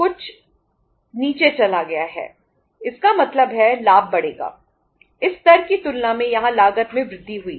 यह नीचे चली गई